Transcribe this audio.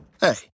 Hey